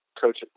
coach